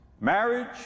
Marriage